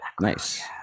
Nice